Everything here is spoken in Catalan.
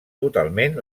totalment